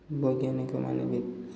ବୈଜ୍ଞାନିକମାନେ ବି